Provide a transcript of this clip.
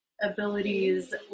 abilities